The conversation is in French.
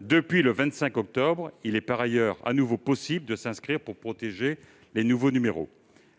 Depuis le 25 octobre, il est de nouveau possible de s'inscrire pour protéger son numéro.